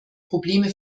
probleme